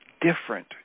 different